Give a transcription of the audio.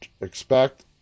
Expect